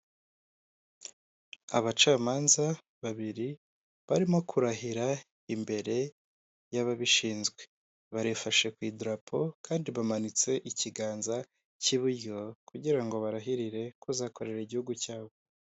Abacamanza babiri barimo kurahira imbere y'ababishinzwe, barifashe ku idarapo kandi bamanitse ikiganza cy'iburyo kugira ngo barahirire kuzakorera igihugu cyabo.